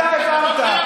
אתה העברת,